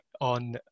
on